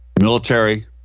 military